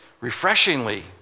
refreshingly